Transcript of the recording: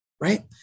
right